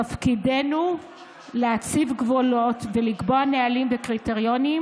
תפקידנו להציב גבולות ולקבוע נהלים וקריטריונים